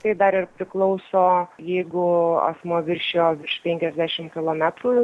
tai dar ir priklauso jeigu asmuo viršijo virš penkiasdešim kilometrų